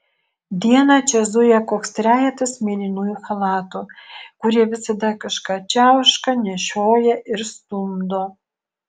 dieną čia zuja koks trejetas mėlynųjų chalatų kurie visada kažką čiauška nešioja ir stumdo